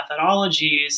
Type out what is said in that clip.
methodologies